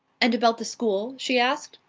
and about the school? she asked.